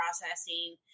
processing